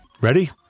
Ready